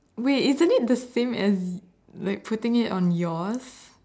wait isn't it the same as like putting it on yours